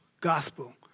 gospel